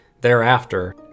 Thereafter